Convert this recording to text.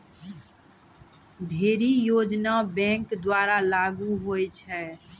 ढ़ेरी योजना बैंक द्वारा लागू होय छै